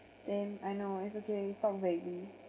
same I know it's okay we talk vaguely